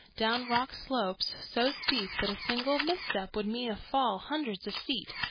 down rock slopes, so steep that a single misstep would mean a fall hundreds of feet,